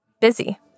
busy